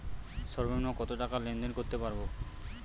সর্বনিম্ন কত টাকা লেনদেন করতে পারবো?